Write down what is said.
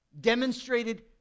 demonstrated